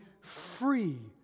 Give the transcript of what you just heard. free